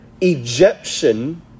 Egyptian